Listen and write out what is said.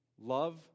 love